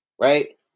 Right